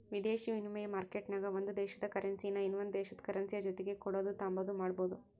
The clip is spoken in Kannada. ವಿದೇಶಿ ವಿನಿಮಯ ಮಾರ್ಕೆಟ್ನಾಗ ಒಂದು ದೇಶುದ ಕರೆನ್ಸಿನಾ ಇನವಂದ್ ದೇಶುದ್ ಕರೆನ್ಸಿಯ ಜೊತಿಗೆ ಕೊಡೋದು ತಾಂಬಾದು ಮಾಡ್ಬೋದು